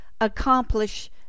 accomplish